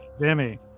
Jimmy